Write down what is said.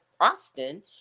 Austin